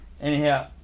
Anyhow